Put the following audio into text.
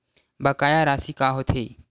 बकाया राशि का होथे?